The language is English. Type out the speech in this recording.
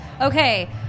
Okay